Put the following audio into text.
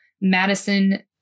Madison